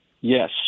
Yes